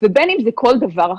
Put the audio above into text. ובין אם זה כל דבר אחר.